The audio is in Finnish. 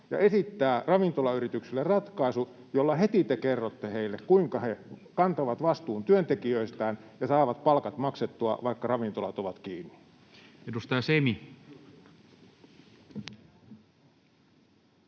ja esittää ravintolayrityksille ratkaisu, jolla te heti kerrotte heille, kuinka he kantavat vastuun työntekijöistään ja saavat palkat maksettua, vaikka ravintolat ovat kiinni. Edustaja